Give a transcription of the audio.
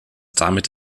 damit